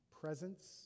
presence